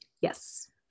yes